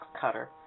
cutter